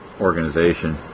organization